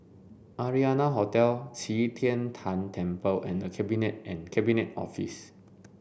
Arianna Hotel Qi Tian Tan Temple and The Cabinet and Cabinet Office